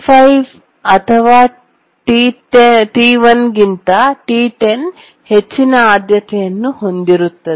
T5 ಅಥವಾ T1 ಗಿಂತ T10 ಹೆಚ್ಚಿನ ಆದ್ಯತೆಯನ್ನು ಹೊಂದಿರುತ್ತದೆ